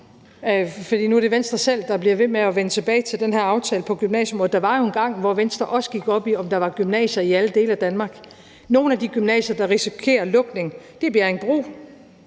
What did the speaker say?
Nu er det Venstre selv, der bliver ved med at vende tilbage til den her aftale på gymnasieområdet, men jeg skulle til at sige: Der var jo engang, hvor Venstre også gik op i, om der var gymnasier i alle dele af Danmark. Nogle af de gymnasier, der risikerer lukning, er Bjerringbro,